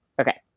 okay.